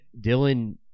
Dylan